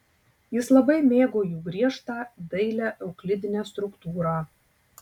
jis labai mėgo jų griežtą dailią euklidinę struktūrą